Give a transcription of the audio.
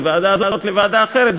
מהוועדה הזאת לוועדה אחרת,